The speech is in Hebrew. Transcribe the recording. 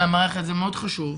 מאוד חשוב.